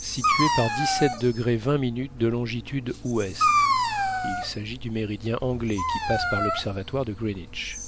située par de longitude ouest il s'agit du méridien anglais qui passe par l'observatoire de greenwich